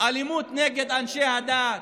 אלימות נגד אנשי הדת.